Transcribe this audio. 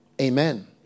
Amen